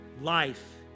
life